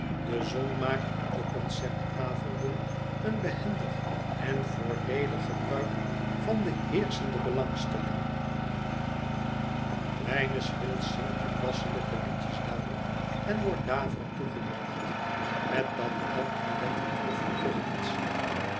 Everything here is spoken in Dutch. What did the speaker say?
de zon maakt op de concert avonden een behendig en voordeelig gebruik van de heerschende belangstelling kleine swills zingt toepasselijke liedjes daarop en wordt daverend toegejuicht met dat al ontdekt het hofje toch niets